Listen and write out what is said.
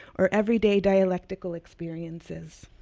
or everyday dialectical experiences.